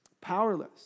Powerless